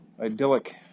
idyllic